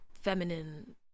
feminine